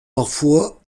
parfois